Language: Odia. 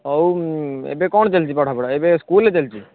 ହଉ ଏବେ କ'ଣ ଚାଲିଛି ପାଠ ପଢ଼ା ଏବେ ସ୍କୁଲ୍ରେ ଚାଲିଛି